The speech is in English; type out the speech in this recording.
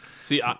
See